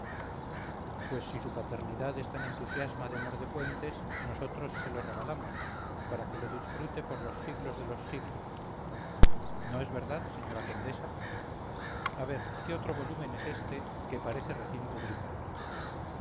pues si su paternidad es tan entusiasta de mor de fuentes nosotros se lo regalamos para que lo disfrute por los siglos de los siglos no es verdad señora condesa a ver qué otro volumen es este que parece recién publicado